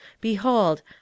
Behold